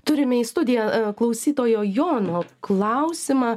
turime į studiją klausytojo jono klausimą